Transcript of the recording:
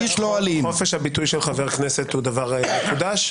חופש הביטוי של חבר כנסת הוא דבר מקודש,